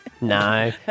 No